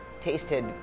tasted